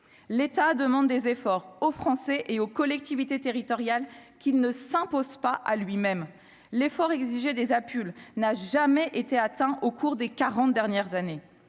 l'État demande des efforts aux Français et aux collectivités territoriales, qu'il ne s'impose pas à lui-même, l'effort exigé des APUL n'a jamais été atteint au cours des 40 dernières années,